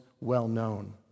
well-known